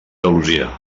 andalusia